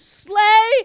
slay